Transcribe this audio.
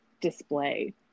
display